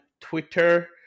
Twitter